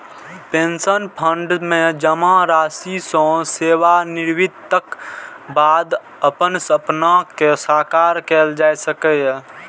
pension fund मे जमा राशि सं सेवानिवृत्तिक बाद अपन सपना कें साकार कैल जा सकैए